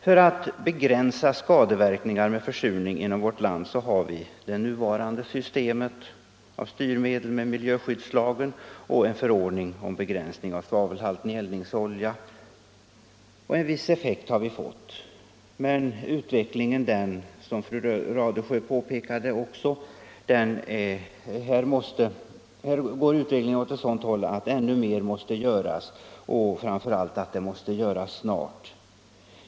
För att begränsa skadeverkningar med försurning inom vårt land har vi fått det nuvarande systemet av styrmedel med miljöskyddslagen och effekt har uppnåtts, men utvecklingen går, som fru Radesjö påpekade, åt ett sådant håll att ännu mer måste göras — och göras snart.